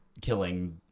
killing